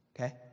Okay